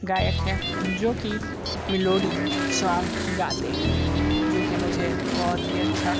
गायक है जो कि मेलोडी गाते हैं जोकि मुझे बहुत ही अच्छा